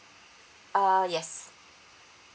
uh yes